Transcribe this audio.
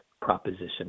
Proposition